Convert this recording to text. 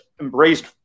embraced